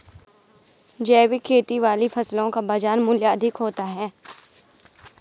जैविक खेती वाली फसलों का बाजार मूल्य अधिक होता है